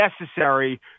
necessary